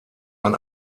ein